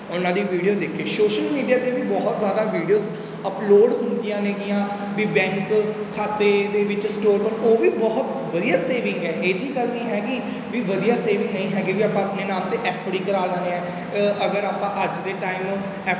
ਉਨ੍ਹਾਂ ਦੀ ਵੀਡੀਓ ਦੇਖੇ ਸ਼ੋਸ਼ਲ ਮੀਡੀਆ 'ਤੇ ਵੀ ਬਹੁਤ ਜ਼ਿਆਦਾ ਵੀਡੀਓਜ਼ ਅਪਲੋਡ ਹੁੰਦੀਆਂ ਨੇਗੀਆਂ ਵੀ ਬੈਂਕ ਖਾਤੇ ਦੇ ਵਿੱਚ ਸਟੋਰ ਰੱਖੋ ਉਹ ਵੀ ਬਹੁਤ ਵਧੀਆ ਸੇਵਿੰਗ ਹੈ ਇਹੋ ਜਿਹੀ ਗੱਲ ਨਹੀਂ ਹੈਗੀ ਵੀ ਵਧੀਆ ਸੇਵਿੰਗ ਨਹੀਂ ਹੈਗੀ ਵੀ ਆਪਾਂ ਆਪਣੇ ਨਾਮ 'ਤੇ ਐੱਫ ਡੀ ਕਰਵਾ ਲੈਂਦੇ ਹਾਂ ਅਗਰ ਆਪਾਂ ਅੱਜ ਦੇ ਟਾਈਮ ਨੂੰ ਐੱਫ